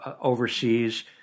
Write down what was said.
overseas